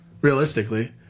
Realistically